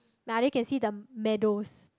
but I only can see the meadows